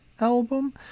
album